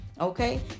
okay